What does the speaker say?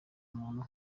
umuntu